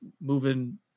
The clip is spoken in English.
moving